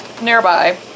nearby